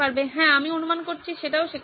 হ্যাঁ আমি অনুমান করছি সেটাও সেখানে আছে